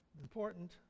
Important